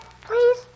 please